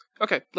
Okay